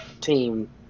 team